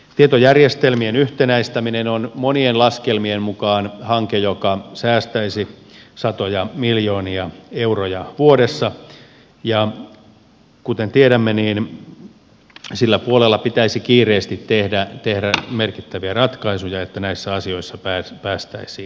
tietojärjestelmien yhtenäistäminen on monien laskelmien mukaan hanke joka säästäisi satoja miljoonia euroja vuodessa ja kuten tiedämme niin sillä puolella pitäisi kiireesti tehdä merkittäviä ratkaisuja että näissä asioissa päästäisiin eteenpäin